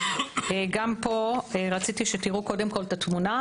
גם פה רציתי שתראו קודם כול את התמונה.